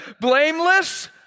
Blameless